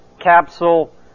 capsule